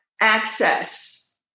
access